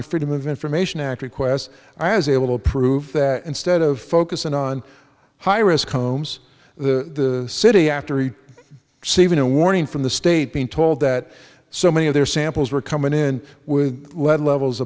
a freedom of information act requests i was able to prove that instead of focusing on high risk homes the city after you see even a warning from the state being told that so many of their samples were coming in with lead levels